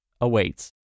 awaits